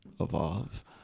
evolve